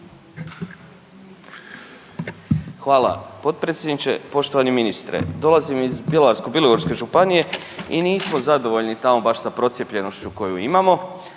Hvala potpredsjedniče. Poštovani ministre, dolazim iz Bjelovarsko-bilogorske županije i nismo zadovoljni tamo baš sa procijepljenošću koju imamo.